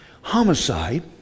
homicide